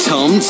Tom